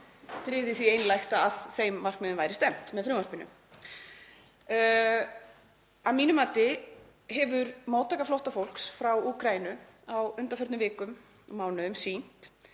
tryði því einlægt að að þeim markmiðum væri stefnt með frumvarpinu. Að mínu mati hefur móttaka flóttafólks frá Úkraínu á undanförnum vikum og mánuðum sýnt